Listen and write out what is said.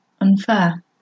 unfair